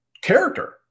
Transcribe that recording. character